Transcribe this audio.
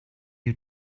you